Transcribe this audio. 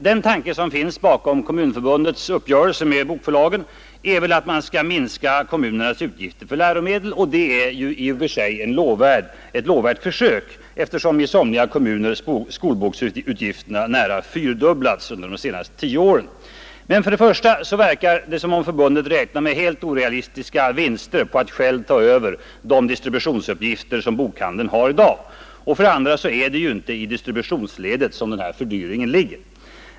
Den tanke som finns bakom Kommunförbundets uppgörelse med bokförlagen är väl att man vill minska kommunernas utgifter för läromedel, och det är i och för sig ett lovvärt försök, eftersom skolboksutgifterna nästan fyrdubblats i somliga kommuner under de senaste tio åren. Men för det första verkar det som om Kommunförbundet räknar med högst orealistiska vinster genom att självt ta över de distributionsuppgifter som bokhandeln har i dag, och för det andra är det inte i distributionsledet som fördyringen ligger.